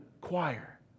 Choir